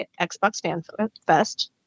XboxFanFest